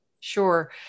Sure